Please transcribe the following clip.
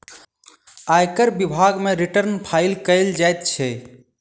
आयकर विभाग मे रिटर्न फाइल कयल जाइत छै